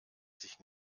sich